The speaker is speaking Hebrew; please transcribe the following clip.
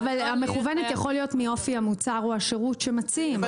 אבל המכוונת יכול להיות מאופי המוצר או השירות שמציעים,